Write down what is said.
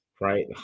right